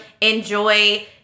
enjoy